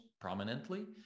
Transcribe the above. prominently